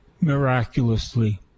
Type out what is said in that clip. miraculously